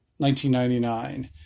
1999